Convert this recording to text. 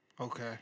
Okay